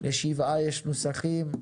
לשבעה יש נוסחים,